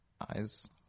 eyes